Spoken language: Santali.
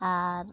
ᱟᱨ